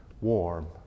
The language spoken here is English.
warm